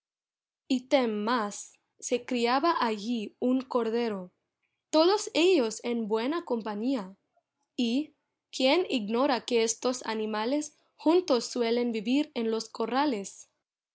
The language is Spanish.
yacía ítem más se criaba allí un cordero todos ellos en buena compañía y quién ignora que estos animales juntos suelen vivir en los corrales